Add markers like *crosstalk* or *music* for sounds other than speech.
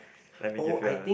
*noise* let me give you a